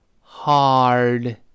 hard